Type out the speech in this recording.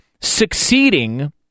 succeeding